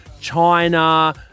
China